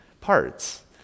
parts